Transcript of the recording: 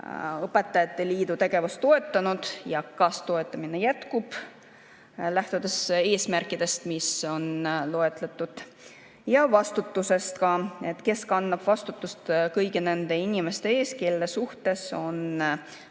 õpetajate liidu tegevust toetanud ja kas toetamine jätkub, lähtudes eesmärkidest, mis on loetletud. Vastutusest ka: kes kannab vastutust kõigi nende inimeste ees, kelle suhtes on õpetajate